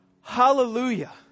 Hallelujah